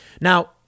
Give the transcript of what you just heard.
Now